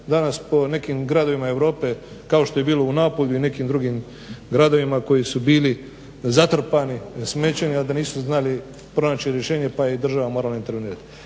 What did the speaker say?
danas po nekim gradovima Europe kao što je bilo u Napolju i nekim drugim gradovima koji su bili zatrpani smećem a da nisu znali pronaći rješenje pa je država morala intervenirati.